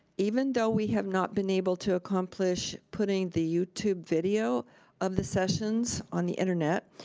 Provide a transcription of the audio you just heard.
even though we have not been able to accomplish putting the youtube video of the sessions on the internet,